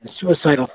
suicidal